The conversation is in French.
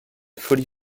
folie